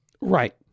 Right